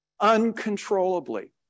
uncontrollably